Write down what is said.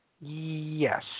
Yes